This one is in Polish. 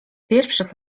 pierwszych